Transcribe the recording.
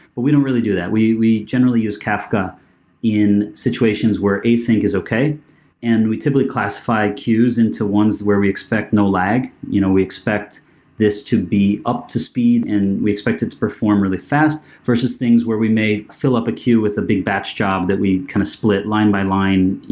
but we don't really do that. we we generally use kafka in situations where async okay and we typically classify queues into ones where we expect no lag. you know we expect this to be up to speed and we expected to perform really fast versus things were we may fill up a queue with the big batch job that we kind of split line by line,